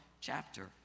chapter